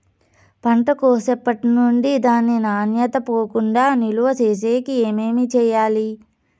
పంట కోసేటప్పటినుండి దాని నాణ్యత పోకుండా నిలువ సేసేకి ఏమేమి చేయాలి?